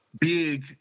big